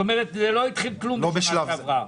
זאת אומרת לא התחיל כלום משנה שעברה.